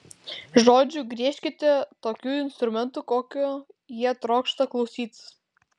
žodžiu griežkite tokiu instrumentu kokio jie trokšta klausytis